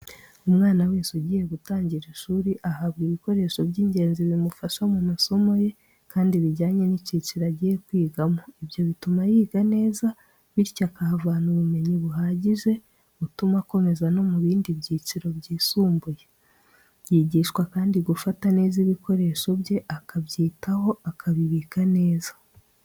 Umwana wese ugiye gutangira ishuri ahabwa ibikoresho by'ingenzi bimufasha mu masomo ye, kandi bijyanye n'icyiciro agiye kwigamo ibyo bituma yiga neza, bityo akahavana ubumenyi buhagije butuma akomeza no mu bindi byiciro byisumbuye. Yigishwa kandi gufata neza ibikoresho bye akabyitaho akabibika neza.